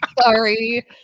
Sorry